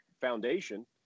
foundation